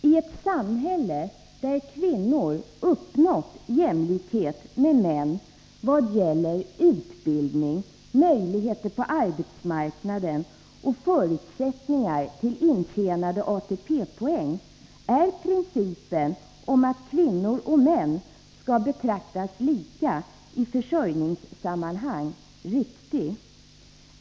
I ett samhälle där kvinnor uppnått jämlikhet med män vad gäller utbildning, möjligheter på arbetsmarknaden och förutsättningar till intjäna de ATP-poäng är principen om att kvinnor och män skall betraktas lika i försörjningssammanhang riktig.